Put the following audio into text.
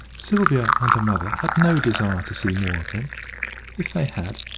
sylvia and her mother had no desire to see more of him if they had,